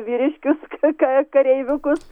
vyriškius ka kareiviukus